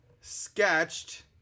sketched